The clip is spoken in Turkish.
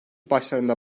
başlarında